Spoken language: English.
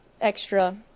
extra